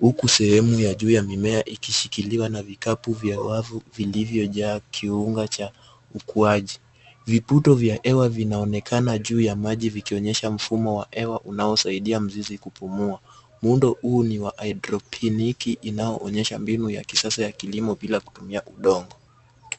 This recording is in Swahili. huku sehemu ya juu ya mimea ikishikiliwa na vikapu vya wavu vilivyojaa kiunga cha ukuaji vibuto vya hewa vinaonekana juu ya maji vikionyesha mfumo wa hewa unaosaidia mzizi kupumua, muundo huu ni wa hydropiniki inayoonyesha mbinu ya kisasa ya kilimo bila kutumia udongo.